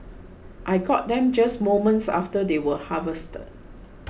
I got them just moments after they were harvested